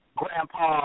grandpa